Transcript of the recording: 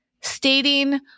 stating